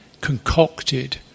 concocted